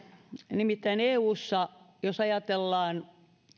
nimittäin jos ajatellaan